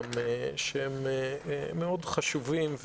שהם מאוד חשובים.